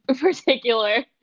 particular